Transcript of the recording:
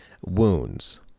wounds